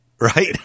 right